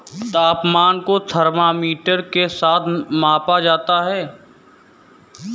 तापमान को थर्मामीटर के साथ मापा जाता है